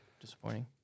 disappointing